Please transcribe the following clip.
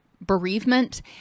bereavement